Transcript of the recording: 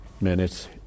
minutes